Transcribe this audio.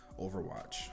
Overwatch